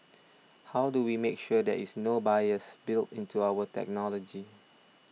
how do we make sure there is no bias built into our technology